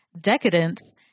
decadence